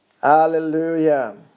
Hallelujah